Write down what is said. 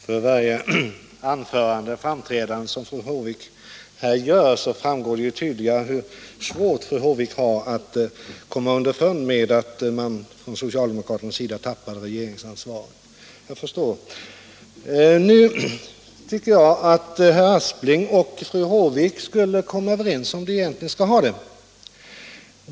Herr talman! För varje framträdande som fru Håvik här gör och av varje hennes anförande framgår allt tydligare hur svårt fru Håvik har att komma underfund med att socialdemokraterna nu har förlorat regeringsansvaret. Jag tycker att herr Aspling och fru Håvik borde kunna komma överens om hur ni vill ha det.